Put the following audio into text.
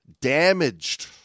damaged